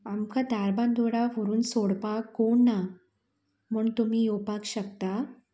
आमकां धारबांदोडा व्हरून सोडपाक कोणना म्हण तुमी येवपाक शकता